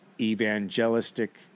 Evangelistic